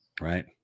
Right